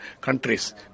countries